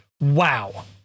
Wow